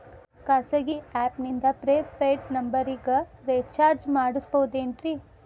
ಖಾಸಗಿ ಆ್ಯಪ್ ನಿಂದ prepaid ನಂಬರಿಗ ರೇಚಾರ್ಜ್ ಮಾಡಬಹುದೇನ್ರಿ?